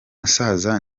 musaza